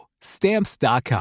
Stamps.com